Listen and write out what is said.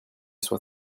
soit